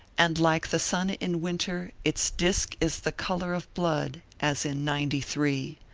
and like the sun in winter its disk is the color of blood, as in ninety three.